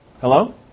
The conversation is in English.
Hello